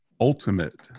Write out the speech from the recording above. ultimate